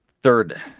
third